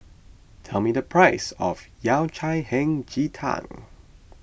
tell me the price of Yao Cai Hei Ji Tang